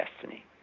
destiny